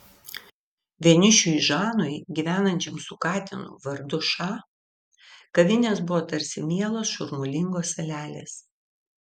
vienišiui žanui gyvenančiam su katinu vardu ša kavinės buvo tarsi mielos šurmulingos salelės